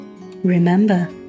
Remember